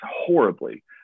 horribly